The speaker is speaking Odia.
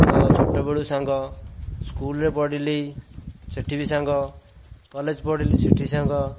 ତ ଛୋଟ ବେଳୁ ସାଙ୍ଗ ସ୍କୁଲରେ ପଢ଼ିଲି ସେଇଠି ବି ସାଙ୍ଗ କଲେଜ ପଢ଼ିଲି ସେଇଠି ସାଙ୍ଗ